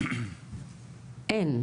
אין.